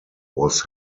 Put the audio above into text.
was